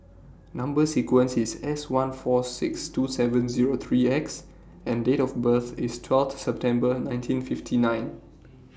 Number sequence IS S one four six two seven Zero three X and Date of birth IS twelfth September nineteen fifty nine